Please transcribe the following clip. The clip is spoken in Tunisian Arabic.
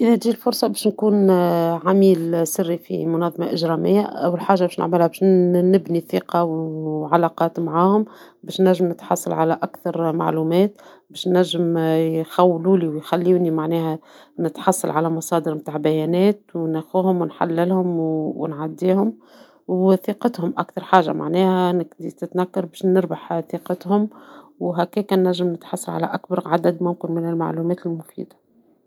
كي نكون عميل سري، نبدأ بالتخطيط الجيد. نحدد الأهداف ونتابع تحركات الأعداء. نحتاج نعمل على تغيير مظهري، ونتخطى كل الحواجز بهدوء. نحب نستعمل التكنولوجيا للتجسس وجمع المعلومات. الهدف هو إيقاف المنظمة قبل ما ينفذوا خططهم، وبهذا نكون في أمان.